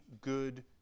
good